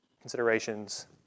considerations